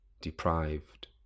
Deprived